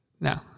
No